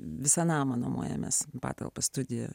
visą namą nuomojamės patalpas studiją